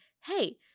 hey